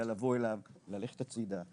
אלא לבוא אליו, ללכת הצידה,